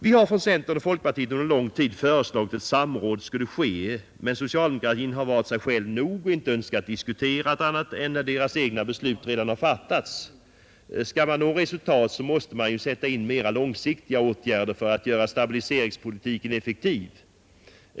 Vi har från centern och folkpartiet under lång tid föreslagit att samråd skulle ske, men socialdemokratin har varit sig själv nog och inte önskat diskutera annat än när deras egna beslut redan har fattats. Skall man nå resultat måste man sätta in mera långsiktiga åtgärder för att göra stabiliseringspolitiken effektiv.